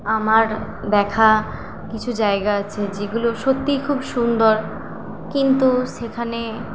আমার দেখা কিছু জায়গা আছে যেগুলো সত্যিই খুব সুন্দর কিন্তু সেখানে